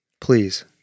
Please